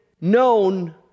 known